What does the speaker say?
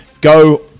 go